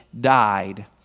died